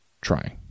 trying